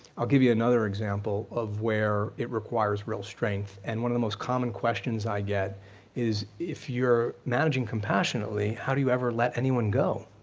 i'll give you another example of where it requires real strength, and one of the most common questions i get is if you're managing compassionately, how do you ever let anyone go?